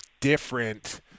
different